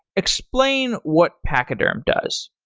explain what pachyderm does.